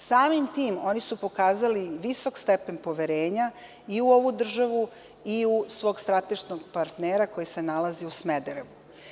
Samim tim, oni su pokazali visok stepen poverenja i u ovu državu i u svog strateškog partnera koji se nalazi u Smederevu.